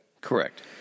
Correct